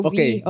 Okay